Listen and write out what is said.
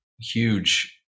huge